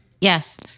Yes